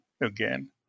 again